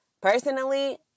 Personally